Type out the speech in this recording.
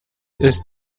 ist